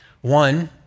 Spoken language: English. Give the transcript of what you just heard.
One